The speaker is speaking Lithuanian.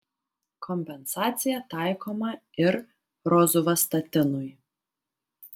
kompensacija taikoma ir rozuvastatinui